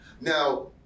now